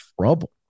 trouble